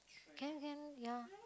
can can ya